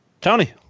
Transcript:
Tony